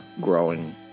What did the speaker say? growing